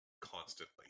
constantly